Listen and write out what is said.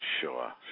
Sure